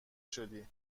شدی